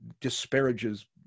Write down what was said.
disparages